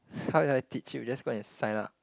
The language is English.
how do I teach you you just go and sign up